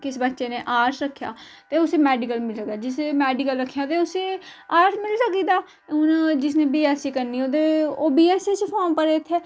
किसी बच्चे ने आर्ट्स रक्खेआ ते उसी मेडिकल मिली सकदा ते जिस मेडिकल रक्खेआ ते उसी आर्ट्स मिली सकदा हून जिसने बीएससी करनी होए ते ओह् बीएससी दा फार्म भरै इत्थै